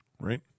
right